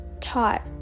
taught